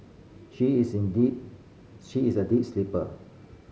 she is in deep she is a deep sleeper